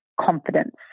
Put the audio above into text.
confidence